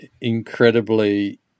incredibly